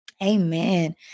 Amen